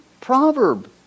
proverb